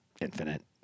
infinite